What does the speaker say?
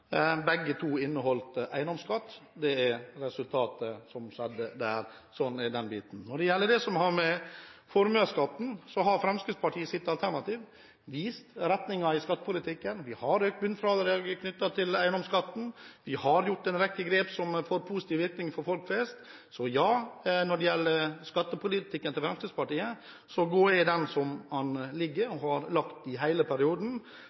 begge to inneholdt eiendomsskatt. Det er resultatet av det som skjedde der. Sånn er det. Når det gjelder det som har med formuesskatten å gjøre, har Fremskrittspartiets alternativ vist retningen i skattepolitikken. Vi har økt bunnfradraget i formuesskatten. Vi har tatt en rekke grep som får positive virkninger for folk flest, så ja, når det gjelder skattepolitikken til Fremskrittspartiet, er den slik den har vært i hele perioden.